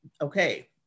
okay